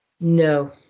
No